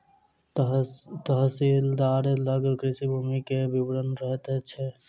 तहसीलदार लग कृषि भूमि के विवरण रहैत छै